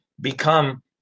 become